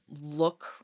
look